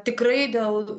tikrai dėl